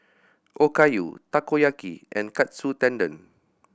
Okayu Takoyaki and Katsu Tendon